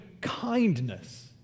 kindness